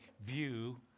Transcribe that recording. view